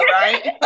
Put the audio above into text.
right